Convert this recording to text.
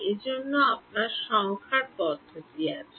এজন্য আপনার সংখ্যা পদ্ধতি আছে